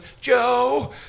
Joe